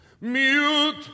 Mute